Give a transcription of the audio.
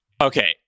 Okay